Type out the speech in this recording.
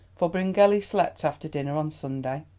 for bryngelly slept after dinner on sunday.